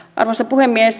arvoisa puhemies